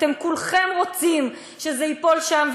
אתם כולכם רוצים שזה ייפול שם,